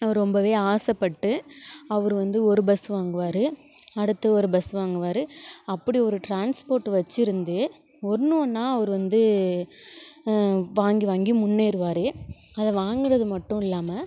அவர் ரொம்பவே ஆசைப்பட்டு அவரு வந்து ஒரு பஸ் வாங்குவார் அடுத்து ஒரு பஸ் வாங்குவார் அப்படி ஒரு ட்ரான்ஸ்போர்ட் வச்சி இருந்து ஒன்று ஒன்னாக அவரு வந்து வாங்கி வாங்கி முன்னேறுவார் அதை வாங்கறது மட்டும் இல்லாமல்